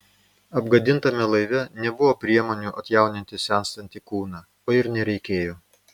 apgadintame laive nebuvo priemonių atjauninti senstantį kūną o ir nereikėjo